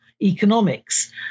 economics